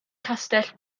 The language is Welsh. castell